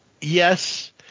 yes